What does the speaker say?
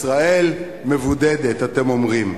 ישראל מבודדת, אתם אומרים,